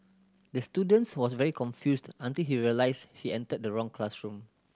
the student was very confused until he realised he entered the wrong classroom